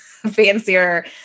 fancier